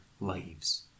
lives